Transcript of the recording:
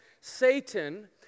Satan